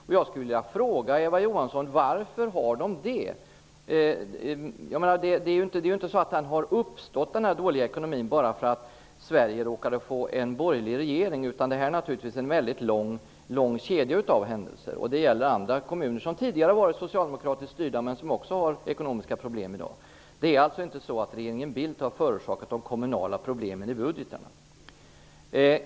Den dåliga ekonomin har ju inte uppstått bara därför att Sverige råkade få en borgerlig regering, utan den är naturligtvis följden av en lång kedja av händelser. Också andra kommuner, som tidigare var socialdemokratiskt styrda, har ekonomiska problem. Det är alltså inte regeringen Bildt som har förorsakat de kommunala problemen i budgetarna.